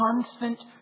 constant